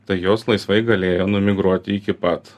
tai jos laisvai galėjo numigruot iki pat